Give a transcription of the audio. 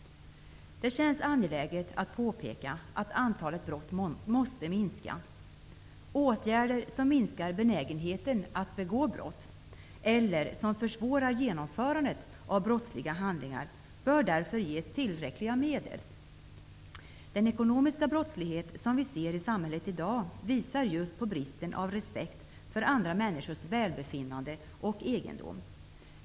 Det känns angeläget att påpeka att antalet brott måste minska. Åtgärder som minskar benägenheten att begå brott eller som försvårar genomförandet av brottsliga handlingar bör därför ges tillräckliga medel. Den ekonomiska brottslighet som vi ser i samhället i dag visar just på bristen på respekt för andra människors välbefinnande och egendom.